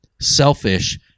selfish